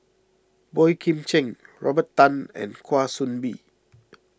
Boey Kim Cheng Robert Tan and Kwa Soon Bee